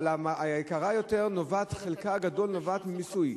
אבל היקרה יותר חלקה הגדול נובע ממיסוי,